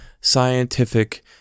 scientific